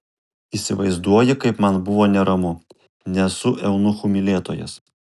įsivaizduoji kaip man buvo neramu nesu eunuchų mylėtojas